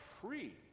free